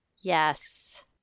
Yes